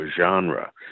genre